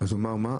אז הוא אמר "מה?